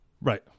right